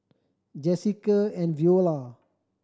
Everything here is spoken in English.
Jessica and Veola